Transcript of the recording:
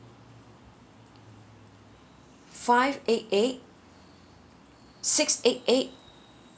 five eight eight six eight eight